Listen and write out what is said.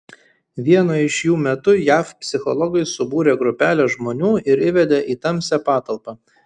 vieno iš jų metu jav psichologai subūrė grupelę žmonių ir įvedė į tamsią patalpą